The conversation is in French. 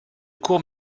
courts